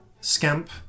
Scamp